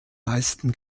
meisten